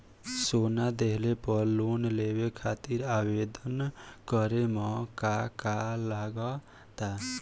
सोना दिहले पर लोन लेवे खातिर आवेदन करे म का का लगा तऽ?